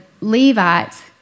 Levites